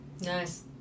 Nice